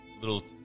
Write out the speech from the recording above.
little